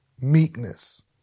meekness